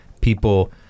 people